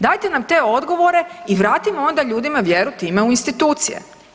Dajte nam te odgovore i vratimo onda ljudima vjeru time u institucije.